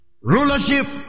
Rulership